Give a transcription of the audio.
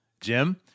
jim